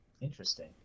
Interesting